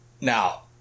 Now